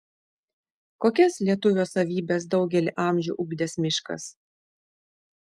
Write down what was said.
kokias lietuvio savybes daugelį amžių ugdęs miškas